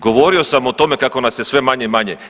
Govorio sam o tome kako nas je sve manje i manje.